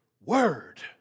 word